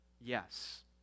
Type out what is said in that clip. yes